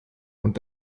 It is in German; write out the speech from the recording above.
und